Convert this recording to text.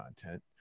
content